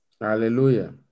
Hallelujah